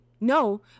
no